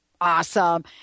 awesome